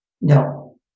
No